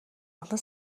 олон